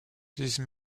these